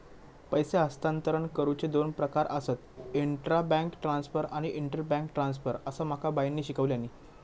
पैसे हस्तांतरण करुचे दोन प्रकार आसत, इंट्रा बैंक ट्रांसफर आणि इंटर बैंक ट्रांसफर, असा माका बाईंनी शिकवल्यानी